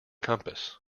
compass